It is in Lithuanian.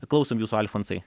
klausom jūsų alfonsai